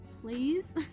please